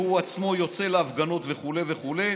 והוא עצמו יוצא להפגנות וכו' וכו',